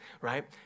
right